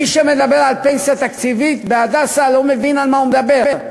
מי שמדבר על פנסיה תקציבית ב"הדסה" לא מבין על מה הוא מדבר.